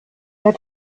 der